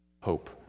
hope